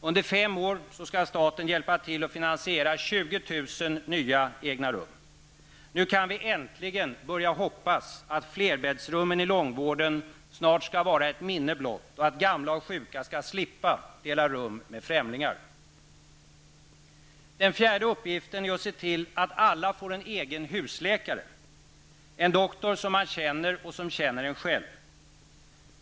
Under fem år skall staten hjälpa till att finansiera 20 000 nya egna rum. Nu kan vi äntligen börja hoppas att flerbäddsrummen i långvården snart skall vara ett minne blott och att gamla och sjuka skall slippa dela rum med främlingar. Den fjärde uppgiften är att se till att alla får en egen husläkare, en doktor som man känner och som känner en själv.